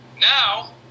Now